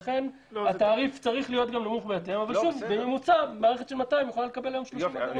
לכן התעריף צריך להיות --- אבל בממוצע מערכת של 200 יכולה לקבל --- אני